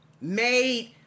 made